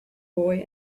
boy